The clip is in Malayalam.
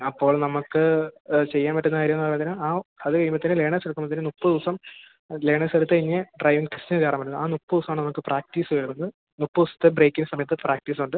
അപ്പോൾ നമുക്ക് ചെയ്യാൻ പറ്റുന്ന കാര്യമെന്ന് അതിന് ആകു അത് കഴിയുമ്പോഴ്ത്തേന് ലേണേഴ്സെട്ക്കുമ്പോഴ്ത്തേന് മുപ്പത് ദിവസം ലേണേഴ്സെടുത്ത് കഴിഞ്ഞ് ഡ്രൈവിംഗ് ടെസ്റ്റിന് കയറാൻ പറ്റുള്ളു ആ മുപ്പത് ദിവസമാണ് നമുക്ക് പ്രാക്റ്റീസ് വരുന്നത് മുപ്പത് ദിവസത്തെ ബ്രേക്കി സമയത്ത് പ്രാക്റ്റീസുണ്ട്